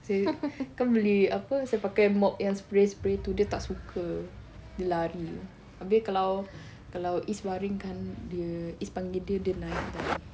saya kan beli apa saya pakai mop yang spray spray tu dia tak suka dia lari habis kalau kalau izz baring kan dia izz panggil dia dia naik [tau]